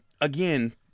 again